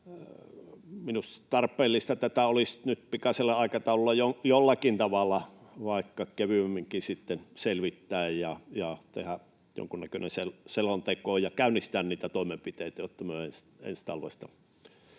Minusta tarpeellista tätä olisi nyt pikaisella aikataululla jollakin tavalla, vaikka kevyemminkin, selvittää ja tehdä jonkunnäköinen selonteko ja käynnistää niitä toimenpiteitä, jotta myös ensi talvesta